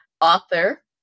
author